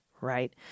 Right